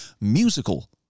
musical